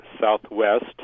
Southwest